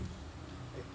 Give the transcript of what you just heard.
I